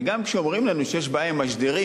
וגם כשאומרים לנו שיש בעיה עם משדרים,